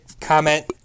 comment